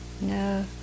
No